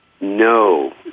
No